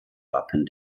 wappen